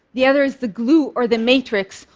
the other is the glue, or the matrix,